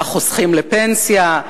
החוסכים לפנסיה,